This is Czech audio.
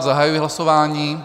Zahajuji hlasování.